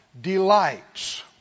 delights